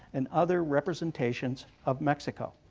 and other representations of mexico.